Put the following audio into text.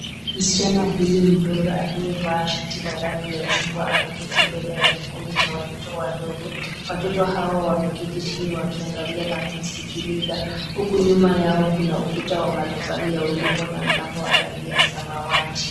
Msichana huyu mdogo aliyevaa shati la rangi ya chungwa ameketi mbele ya kikundi cha watoto wadogo. Watoto hawa wameketi chini wakiangalia na kumsikiliza huku nyuma yao kuna ukuta wa matofali ya udongo na mlango wa rangi ya samawati.